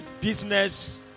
business